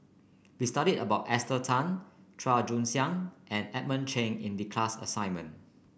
we studied about Esther Tan Chua Joon Siang and Edmund Cheng in the class assignment